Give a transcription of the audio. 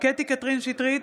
קטי קטרין שטרית,